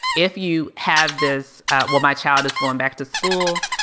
if you have this well, my child is going back to school,